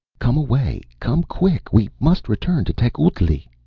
come away! come quick! we must return to tecuhltli!